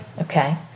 Okay